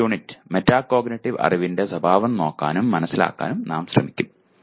അടുത്ത unit metacognitive അറിവിന്റെ സ്വഭാവം നോക്കാനും മനസ്സിലാക്കാനും നാം ശ്രമിക്കും